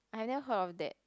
I never heard of that